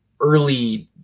early